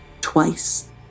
twice